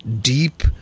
deep